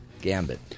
gambit